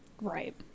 right